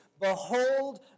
Behold